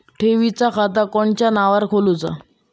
ठेवीचा खाता कोणाच्या नावार खोलूचा?